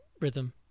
rhythm